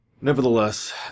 Nevertheless